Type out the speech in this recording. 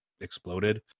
exploded